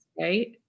right